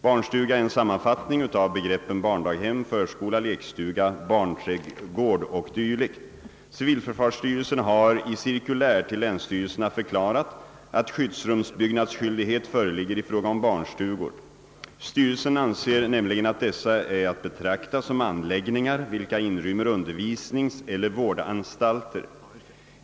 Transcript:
Barnstuga är en sammanfattning av begreppen barndaghem, förskola, lekstuga, barnträdgård o. dyl. Civilförsvarsstyrelsen har i cirkulär till länsstyrelserna förklarat att skyddsrumsbyggnadsskyldighet föreligger i fråga om barnstugor. Styrelsen anser nämligen att dessa är att betrakta som anläggningar, vilka inrymmer undervisningseller vårdanstalter.